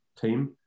team